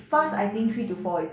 mm